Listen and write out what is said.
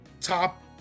top